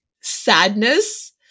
sadness